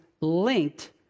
linked